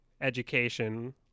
education